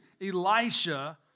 Elisha